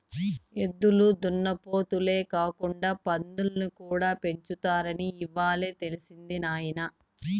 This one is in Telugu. ఎద్దులు దున్నపోతులే కాకుండా పందుల్ని కూడా పెంచుతారని ఇవ్వాలే తెలిసినది నాయన